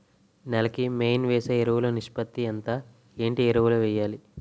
నేల కి మెయిన్ వేసే ఎరువులు నిష్పత్తి ఎంత? ఏంటి ఎరువుల వేయాలి?